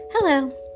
Hello